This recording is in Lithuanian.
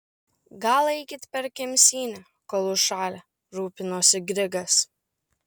gal eikit per kemsynę kol užšalę rūpinosi grigas